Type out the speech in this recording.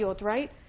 right